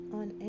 on